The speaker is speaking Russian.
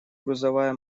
грузовая